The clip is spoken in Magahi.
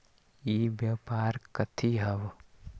ई व्यापार कथी हव?